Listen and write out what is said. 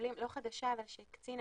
שהקצינה